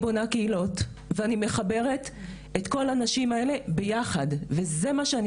אז אני בונה קהילות ואני מחברת את כל הנשים האלה ביחד וזה מה שאני